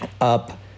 up